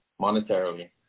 monetarily